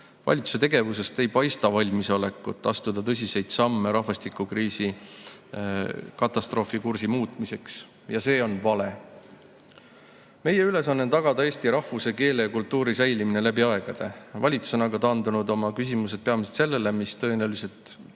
Valitsuse tegevusest ei paista valmisolekut astuda tõsiseid samme rahvastikukriisi katastroofikursi muutmiseks ja see on vale. Meie ülesanne on tagada eesti rahvuse, keele ja kultuuri säilimine läbi aegade. Valitsus on aga taandanud oma küsimused peamiselt sellele, mis järgmistel valimistel tõenäoliselt